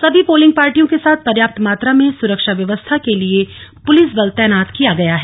सभी पोलिंग पार्टियों के साथ पर्याप्त मात्रा में सुरक्षा व्यवस्था के लिए पुलिस बल तैनात किया गया है